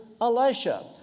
Elisha